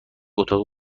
اتاق